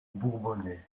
bourbonnais